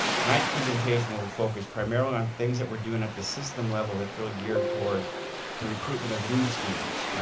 tonight's presentation will will focus primarily on things that we are doing at the system level that is really geared towards the recruitment of new students.